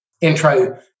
intro